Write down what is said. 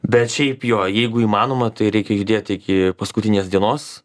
bet šiaip jo jeigu įmanoma tai reikia judėti iki paskutinės dienos